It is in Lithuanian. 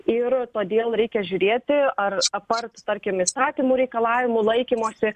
ir todėl reikia žiūrėti ar apart tarkim įstatymų reikalavimų laikymosi